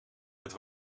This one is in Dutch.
het